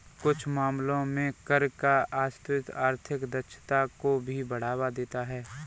कुछ मामलों में कर का अस्तित्व आर्थिक दक्षता को भी बढ़ावा देता है